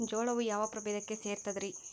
ಜೋಳವು ಯಾವ ಪ್ರಭೇದಕ್ಕ ಸೇರ್ತದ ರೇ?